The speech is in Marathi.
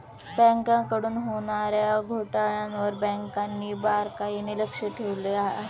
बँकांकडून होणार्या घोटाळ्यांवर बँकांनी बारकाईने लक्ष ठेवले आहे